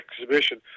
exhibition